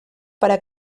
para